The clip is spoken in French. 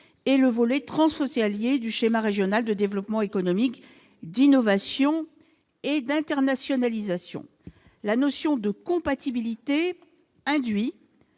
et le volet transfrontalier du schéma régional de développement économique, d'innovation et d'internationalisation. La notion de compatibilité induit